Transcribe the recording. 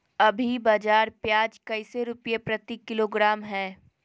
अभी बाजार प्याज कैसे रुपए प्रति किलोग्राम है?